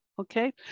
okay